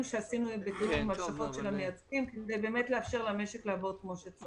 שעשינו --- כדי לאפשר למשק לעבוד כמו שצריך.